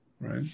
right